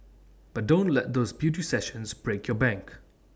but don't let those beauty sessions break your bank